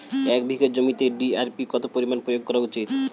এক বিঘে জমিতে ডি.এ.পি কত পরিমাণ প্রয়োগ করা উচিৎ?